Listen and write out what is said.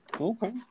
Okay